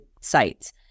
sites